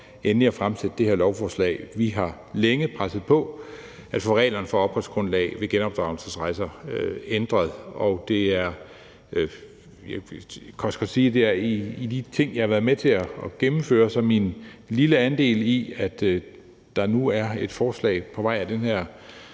endelig at fremsætte det her lovforslag. Vi har længe presset på for at få reglerne for opholdsgrundlag ved genopdragelsesrejser ændret. Jeg kan også godt sige, at blandt de ting, jeg har været med til at gennemføre, er min lille andel i, at der nu er et forslag af den her